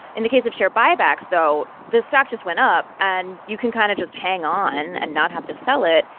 in the case of share buybacks, though, the stock just went up, and you can kind of just hang on and not have to sell it.